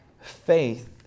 faith